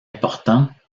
importants